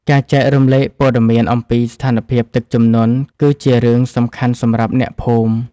ការចែករំលែកព័ត៌មានអំពីស្ថានភាពទឹកជំនន់គឺជារឿងសំខាន់សម្រាប់អ្នកភូមិ។